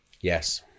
Yes